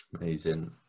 amazing